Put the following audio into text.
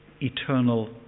eternal